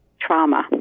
trauma